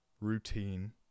routine